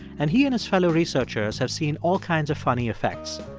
and he and his fellow researchers have seen all kinds of funny effects,